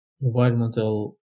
environmental